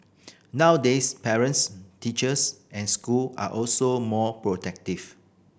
nowadays parents teachers and school are also more protective